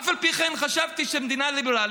אף על פי כן, חשבתי שמדינה ליברלית-דמוקרטית